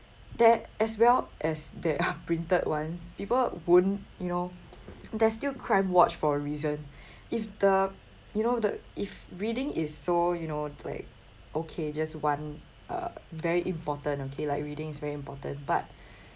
that as well as there are printed ones people won't you know there's still crimewatch for a reason if the you know the if reading is so you know like okay just one a very important okay like reading is very important but